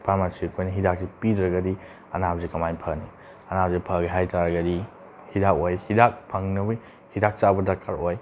pharmacy ꯑꯩꯈꯣꯏꯅ ꯍꯤꯗꯥꯛꯁꯦ ꯄꯤꯗ꯭ꯔꯒꯗꯤ ꯑꯅꯥꯕꯁꯦ ꯀꯃꯥꯏꯅ ꯐꯅꯤ ꯑꯅꯕꯁꯦ ꯐꯒꯦ ꯍꯥꯏꯇꯥꯔꯒꯗꯤ ꯍꯤꯗꯥꯛ ꯍꯤꯗꯥꯛ ꯐꯧꯂꯕꯒꯤ ꯍꯤꯗꯥꯛ ꯆꯥꯕ ꯗꯔꯀꯥꯔ ꯑꯣꯏ